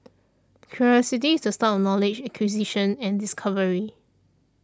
curiosity is the start knowledge acquisition and discovery